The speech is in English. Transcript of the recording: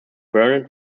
burnet